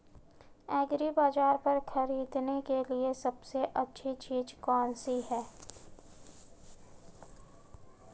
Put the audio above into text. एग्रीबाज़ार पर खरीदने के लिए सबसे अच्छी चीज़ कौनसी है?